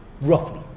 roughly